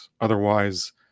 Otherwise